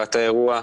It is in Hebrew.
לטובת האירוע.